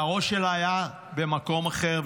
והראש שלה היה במקום אחר,